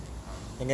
(uh huh)